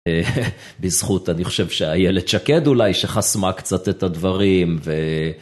בזכות, אני חושב שאיילת שקד אולי, שחסמה קצת את הדברים.